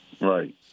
Right